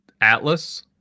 Atlas